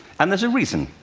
and there's a reason.